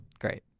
great